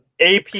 AP